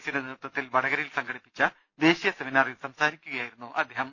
സിയുടെ നേതൃത്വത്തിൽ വടകരയിൽ സംഘടിപ്പിച്ച ദേശീയ സെമിനാറിൽ സംസാരിക്കുകയായിരുന്നു അദ്ദേഹം